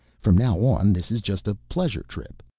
from now on this is just a pleasure trip.